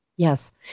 Yes